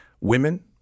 women